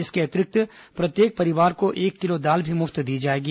इसके अतिरिक्त प्रत्येक परिवार को एक किलो दाल भी मुफ्त दी जाएगी